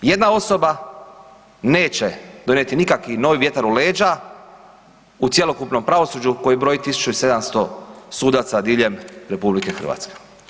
Jedna osoba neće donijeti nikakav novi vjetar u leđa u cjelokupnom pravosuđu koje broji 1700 sudaca diljem RH.